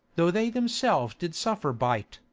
though they themselves did suffer by't,